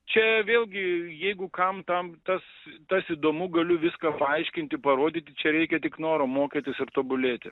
čia vėlgi jeigu kam tam tas tas įdomu galiu viską paaiškinti parodyti čia reikia tik noro mokytis ir tobulėti